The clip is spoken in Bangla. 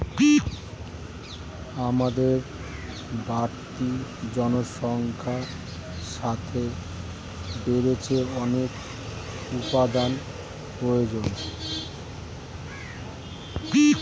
আমাদের বাড়তি জনসংখ্যার সাথে বাড়ছে অনেক উপাদানের প্রয়োজন